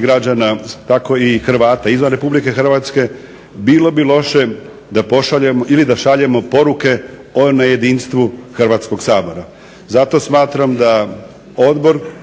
građana, tako i Hrvata izvan Republike Hrvatske bilo bi loše da pošaljemo ili da šaljemo poruke o nejedinstvu Hrvatskog sabora. Zato smatram da odbor